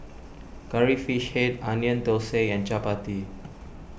Curry Fish Head Onion Thosai and Chappati